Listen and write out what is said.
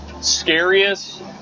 scariest